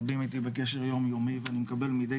רבים איתי בקשר יומיומי ואני מקבל מדי